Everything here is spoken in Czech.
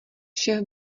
šéf